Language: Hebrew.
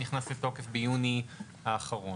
ונכנס לתוקף ביוני האחרון?